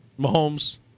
Mahomes